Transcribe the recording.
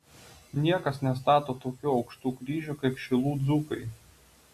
niekas nestato tokių aukštų kryžių kaip šilų dzūkai